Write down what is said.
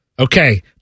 Okay